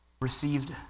received